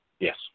Yes